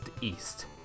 east